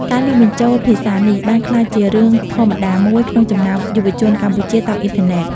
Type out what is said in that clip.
ការលាយបញ្ចូលភាសានេះបានក្លាយជារឿងធម្មតាមួយក្នុងចំណោមយុវជនកម្ពុជាតាមអ៊ីនធឺណិត។